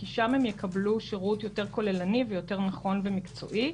כי שם הן יקבלו שירות יותר כוללני ויותר נכון ומקצועי.